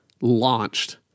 launched